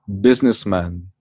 businessman